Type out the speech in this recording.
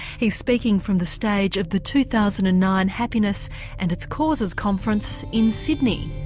he's speaking from the stage of the two thousand and nine happiness and its causes conference in sydney.